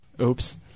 Oops